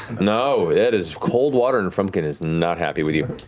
no, it is cold water and frumpkin is not happy with you.